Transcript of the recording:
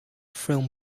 film